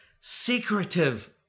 secretive